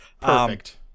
Perfect